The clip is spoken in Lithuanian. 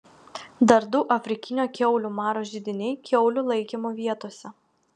dar du afrikinio kiaulių maro židiniai kiaulių laikymo vietose